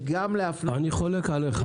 וגם --- אני חולק עליך,